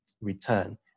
return